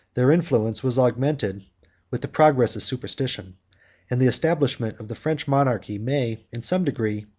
their influence was augmented with the progress of superstition and the establishment of the french monarchy may, in some degree,